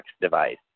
device